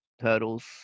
turtles